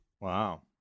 Wow